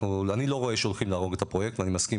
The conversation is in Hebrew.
אני לא רואה שהולכים 'להרוג' את הפרויקט ואני מסכים